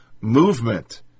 movement